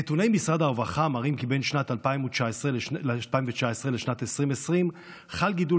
נתוני משרד הרווחה מראים כי בין שנת 2019 לשנת 2020 חל גידול